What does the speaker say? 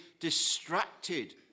distracted